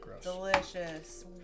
delicious